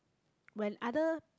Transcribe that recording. when other